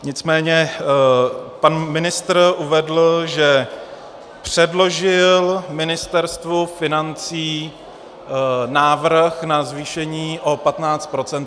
Nicméně pan ministr uvedl, že předložil Ministerstvu financí návrh na zvýšení platů o 15 %.